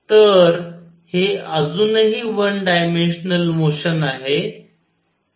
तर हे अजूनही वन डायमेन्शनल मोशन आहे